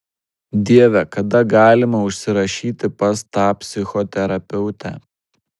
dieve kada galima užsirašyti pas tą psichoterapeutę